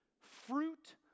Fruit